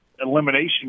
elimination